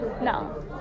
No